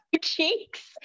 cheeks